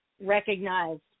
recognized